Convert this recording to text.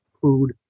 food